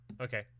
Okay